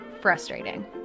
frustrating